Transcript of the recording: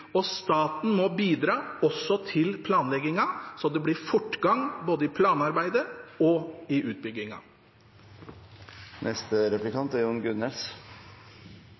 baneløsning. Staten må bidra, også til planleggingen, sånn at det blir fortgang i både planarbeidet og utbyggingen. Sverre Myrli nevner i